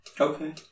Okay